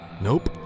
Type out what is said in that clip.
Nope